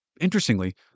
Interestingly